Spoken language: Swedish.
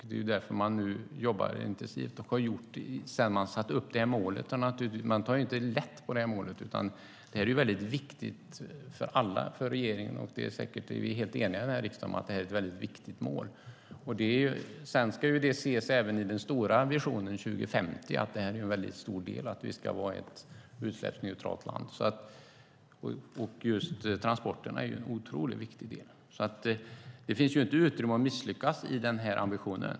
Det är därför man jobbar intensivt, och det har man gjort sedan man satte upp målet. Man tar inte lätt på målet, utan det är väldigt viktigt för alla, för regeringen och säkert för oss alla här i riksdagen. Sedan ska det också ses som en stor del i den stora visionen för 2050 att vi ska vara ett utsläppsneutralt land. Just transporterna är en mycket viktig del i detta. Det finns inte utrymme för att misslyckas i den här ambitionen.